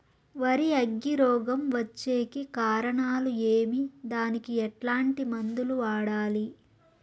వరి అగ్గి రోగం వచ్చేకి కారణాలు ఏమి దానికి ఎట్లాంటి మందులు వాడాలి?